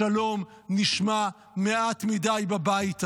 השלום נשמע מעט מדי בבית הזה.